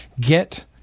get